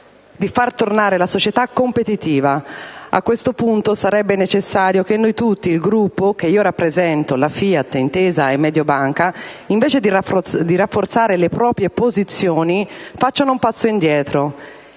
di far tornare la società competitiva. A questo punto sarebbe necessario che noi tutti, il Gruppo che io rappresento, la Fiat, Intesa e Mediobanca, invece di rafforzare le nostre posizioni, facciamo un passo indietro